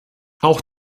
auch